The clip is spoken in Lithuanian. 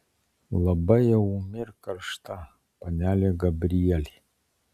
labai jau ūmi ir karšta panelė gabrielė